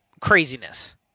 craziness